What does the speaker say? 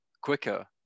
quicker